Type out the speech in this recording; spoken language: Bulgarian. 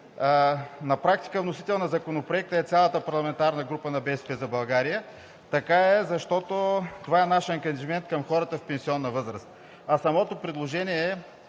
На практика вносител на Законопроекта е цялата парламентарна група на „БСП за България“, защото това е нашият ангажимент към хората в пенсионна възраст. Самото предложение е